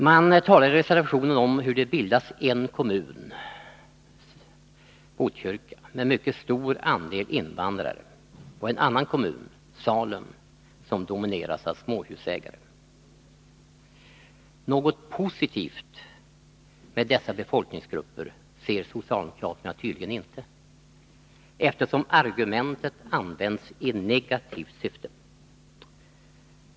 Man talar i reservationen om hur det bildas en kommun, Botkyrka, med mycket stor andel invandrare, och en annan kommun, Salem, som domineras av småhusägare. Något positivt med dessa befolkningsgrupper ser socialdemokraterna inte, eftersom argumentet används i negativt syfte.